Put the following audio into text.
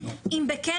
מה?